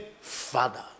Father